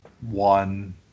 one